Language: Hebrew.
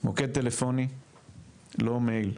האלה, בטווח הזמן המיידי.